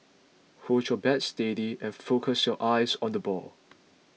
hold your bat steady and focus your eyes on the ball